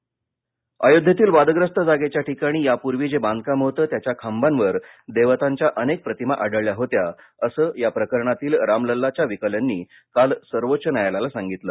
अयोध्या अयोध्येतील वादग्रस्त जागेच्या ठिकाणी यापूर्वी जे बांधकाम होतं त्याच्या खांबांवर देवतांच्या अनेक प्रतिमा आढळल्या होत्या असं या प्रकरणातील राम लल्लाच्या वकिलांनी काल सर्वोच्च न्यायालयाला सांगितलं